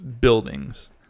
buildings